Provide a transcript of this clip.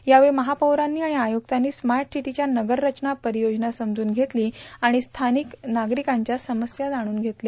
यावेळी महापौरांनी आणि आयुक्तांनी स्मार्ट सिटीच्या नगररचना परियोजना समजून घेतली आणि स्थानिका नागरिकांच्या समस्या जाणून घेतल्या